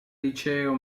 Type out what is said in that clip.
liceo